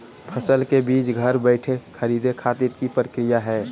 फसल के बीज घर बैठे खरीदे खातिर की प्रक्रिया हय?